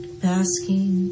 basking